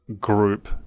group